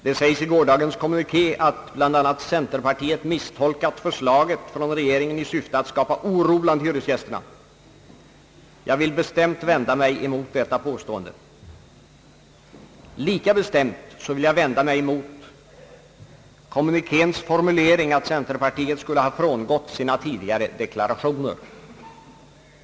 Det sägs i gårdagens kommuniké att bl.a. centerpartiet misstolkat förslaget från regeringen i syfte att skapa oro bland hyresgästerna. Jag vill bestämt vända mig emot detta påstående. Lika bestämt vill jag vända mig emot kommunikéns formulering att centerpartiet skulle ha frångått sina tidigare deklarationer.